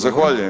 Zahvaljujem.